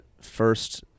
first